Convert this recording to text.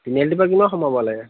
তিনিআলিটোৰ পৰা কিমান সোমাব লাগে